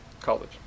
college